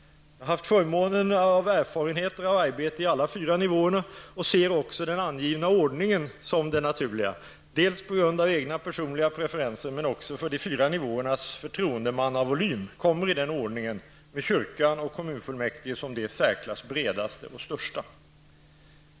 Jag som har förmånen av erfarenheter av arbete i alla fyra nivåerna ser också den angivna ordning som den naturliga på grund av egna personliga preferenser men också därför att de fyra nivåernas förtroendemannavolym kommer i denna ordning, med kyrkan och kommunfullmäktige som de i särklass bredaste och största.